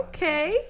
Okay